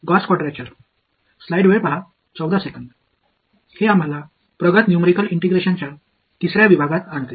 हे आम्हाला प्रगत न्यूमेरिकल इंटिग्रेशनच्या तिसर्या विभागात आणते